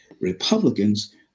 Republicans